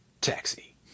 Taxi